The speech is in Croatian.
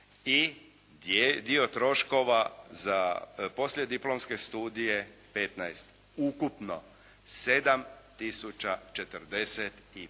i dio troškova za poslije diplomske studije 15 ukupno 7